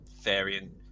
variant